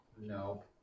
No